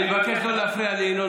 הבטחתי לו שאני אצביע נגד,